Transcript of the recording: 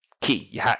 Key